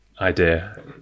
idea